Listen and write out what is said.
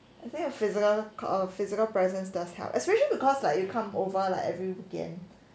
I think your physical err physical presence does help especially because like you come over like every weekend